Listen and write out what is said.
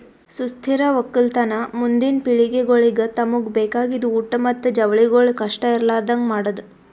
ಸುಸ್ಥಿರ ಒಕ್ಕಲತನ ಮುಂದಿನ್ ಪಿಳಿಗೆಗೊಳಿಗ್ ತಮುಗ್ ಬೇಕಾಗಿದ್ ಊಟ್ ಮತ್ತ ಜವಳಿಗೊಳ್ ಕಷ್ಟ ಇರಲಾರದಂಗ್ ಮಾಡದ್